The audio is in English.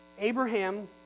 Abraham